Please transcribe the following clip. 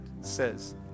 says